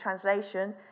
translation